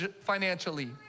financially